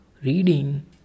reading